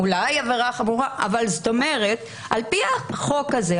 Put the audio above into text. אולי זו עבירה חמורה אבל זאת אומרת שעל פי החוק הזה,